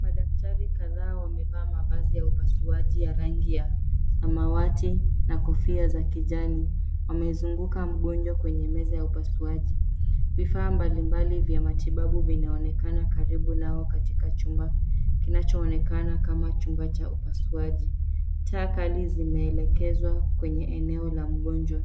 Madaktari kadhaa wamevaa mavazi ya upasuaji ya rangi ya samawati na kofia za kijani. Wamezunguka mgonjwa kwenye meza ya upasuaji. Vifaa mbalimbali vya matibabu vinaonekana karibu nao katika chumba; kinachoonekana kama chumba cha upasuaji. Taa kali zimeelekezwa kwenye eneo la mgonjwa.